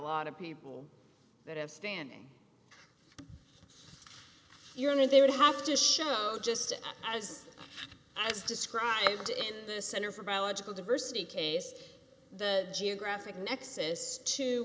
lot of people that have standing you know they would have to show just as as described in the center for biological diversity case the geographic nexus to